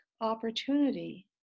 opportunity